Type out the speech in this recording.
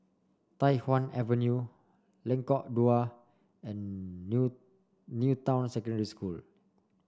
Tai Hwan Avenue Lengkok Dua and New New Town Secondary School